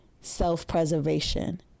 self-preservation